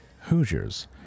Hoosiers